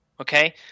okay